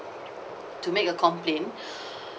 to make a complaint